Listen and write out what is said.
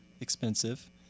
expensive